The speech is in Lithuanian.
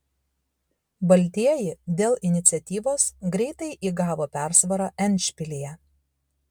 baltieji dėl iniciatyvos greitai įgavo persvarą endšpilyje